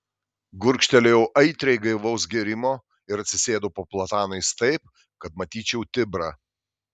gurkštelėjau aitriai gaivaus gėrimo ir atsisėdau po platanais taip kad matyčiau tibrą